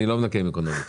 אני לא מנקה עם אקונומיקה.